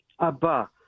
Abba